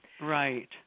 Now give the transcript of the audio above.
Right